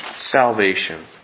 salvation